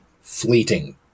fleeting